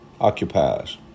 occupies